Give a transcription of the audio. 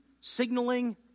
signaling